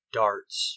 darts